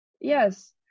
Yes